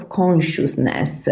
consciousness